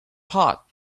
pot